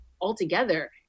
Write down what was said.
altogether